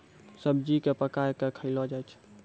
सब्जी क पकाय कॅ खयलो जाय छै